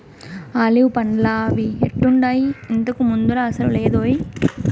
olive పండ్లా అవి ఎట్టుండాయి, ఇంతకు ముందులా అసలు లేదోయ్